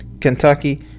kentucky